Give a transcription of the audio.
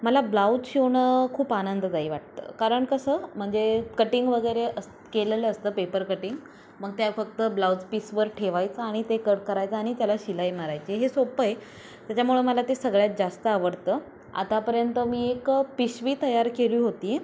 मला ब्लाऊज शिवणं खूप आनंददायी वाटतं कारण कसं म्हणजे कटिंग वगैरे अस केलेलं असतं पेपर कटिंग मग त्या फक्त ब्लाऊज पीसवर ठेवायचं आणि ते कट करायचं आणि त्याला शिलाई मारायचे हे सोप्पं आहे त्याच्यामुळं मला ते सगळ्यात जास्त आवडतं आतापर्यंत मी एक पिशवी तयार केली होती